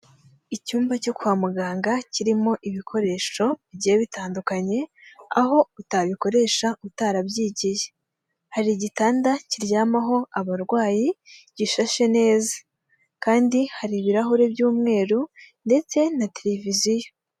Icyumba cyo kwa muganga kirimo ibikoresho bigiye bitandukanye, aho utabikoresha utarabyigiye. Hari igitanda kiryamaho abarwayi gishashe neza kandi hari ibirahure by'umweru ndetse na tereviziyo.